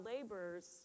laborers